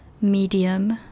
medium